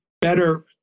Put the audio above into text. better